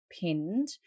pinned